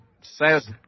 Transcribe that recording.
says